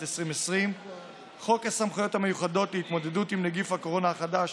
2020. חוק הסמכויות המיוחדות להתמודדות עם נגיף הקורונה החדש